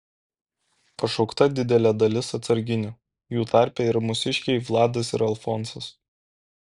pašaukta didelė dalis atsarginių jų tarpe ir mūsiškiai vladas ir alfonsas